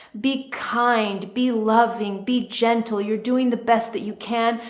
be kind, be loving, be gentle. you're doing the best that you can.